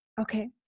okay